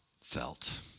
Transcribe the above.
felt